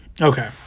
Okay